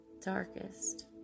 darkest